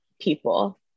people